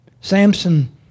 Samson